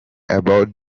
about